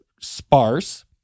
sparse